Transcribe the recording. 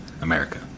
America